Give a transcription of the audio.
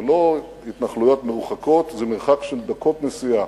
אלה לא התנחלויות מרוחקות, זה מרחק של דקות נסיעה,